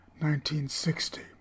1960